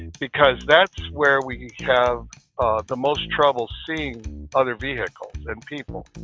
because that's where we have the most trouble seeing other vehicles and people.